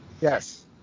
Yes